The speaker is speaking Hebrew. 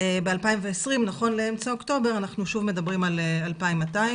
ב-2020 נכון לאמצע אוקטובר אנחנו שוב מדברים על 2,200,